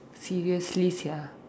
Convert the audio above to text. seriously sia